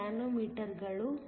73 ನ್ಯಾನೊಮೀಟರ್ಗಳು